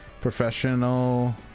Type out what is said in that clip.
professional